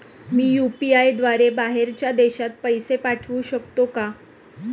मी UPI द्वारे बाहेरच्या देशात पैसे पाठवू शकतो का?